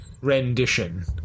rendition